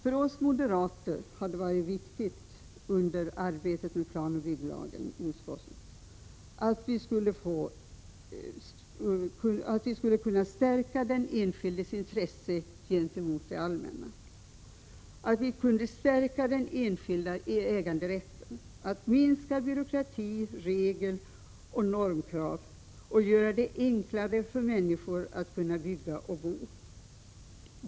För oss moderater har det under arbetet i utskottet med planoch bygglagen varit viktigt att stärka den enskildes intressen gentemot det allmänna, att stärka den enskilda äganderätten, att minska byråkrati, regler och krav på normer och att göra det enklare för människor att bygga och bo.